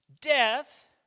death